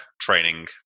training